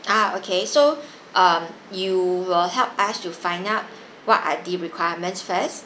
ah okay so um you will help us to find out what are the requirements first